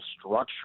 structure